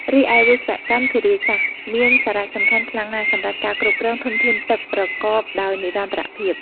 រីឯវិស្វកម្មធារាសាស្ត្រ មានសារៈសំខាន់ខ្លាំងណាស់សម្រាប់ការគ្រប់គ្រងធនធានទឹកប្រកបដោយនិរន្តរភាព។